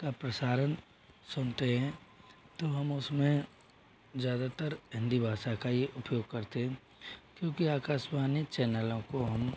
का प्रसारण सुनते हैं तो हम उसमें ज़्यादातर हिंदी भाषा का ही उपयोग करते हैं क्योंकि आकाशवाणी चैनलों को हम